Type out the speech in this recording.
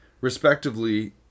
Respectively